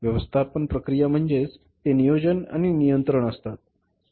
व्यवस्थापन प्रक्रिया म्हणजेच ते नियोजन आणि नियंत्रण असते